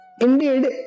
Indeed